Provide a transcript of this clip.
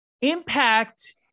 impact